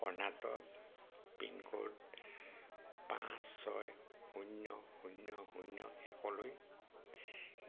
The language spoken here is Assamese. কৰ্ণাটক পিনক'ড পাঁচ ছয় শূন্য শূন্য শূন্য একলৈ